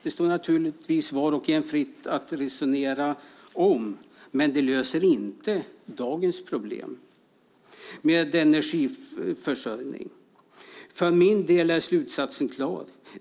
Det står naturligtvis var och en fritt att resonera om det. Men det löser inte dagens problem med energiförsörjning. För min del är slutsatsen klar.